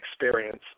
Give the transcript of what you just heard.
experience